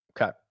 Okay